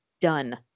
done